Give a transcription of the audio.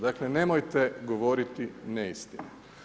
Dakle nemojte govoriti neistine.